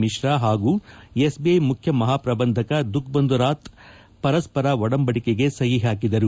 ಮಿಶ್ರ ಹಾಗೂ ಎಸ್ಬಿಐ ಮುಖ್ಯ ಮಹಾ ಪ್ರಬಂಧಕ ದುಖ್ಬಂಧುರಾತ್ ಪರಸ್ಪರ ಒಡಂಬಡಿಕೆಗೆ ಸಹಿಹಾಕಿದರು